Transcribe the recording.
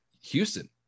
Houston